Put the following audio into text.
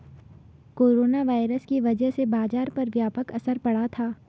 corona virus की वजह से बाजार पर व्यापक असर पड़ा था